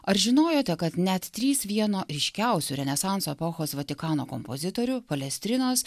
ar žinojote kad net trys vieno ryškiausių renesanso epochos vatikano kompozitorių palestrinos